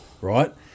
right